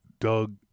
Doug